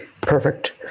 Perfect